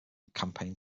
campaign